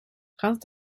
gaat